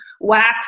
wax